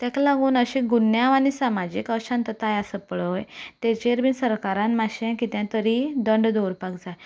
ताका लागून अशे गुन्यांव आनी सामाजीक अशांतताय आसा पळय ताजेर बी सरकारान मातशें कितें तरी दंड दवरपाक जाय